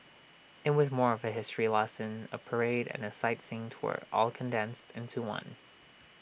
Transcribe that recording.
IT was more of A history lesson A parade and A sightseeing tour all condensed into one